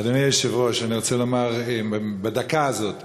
אדוני היושב-ראש, אני רוצה לומר, בדקה הזאת בלבד,